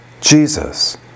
Jesus